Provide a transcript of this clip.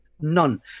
none